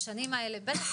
בעיות,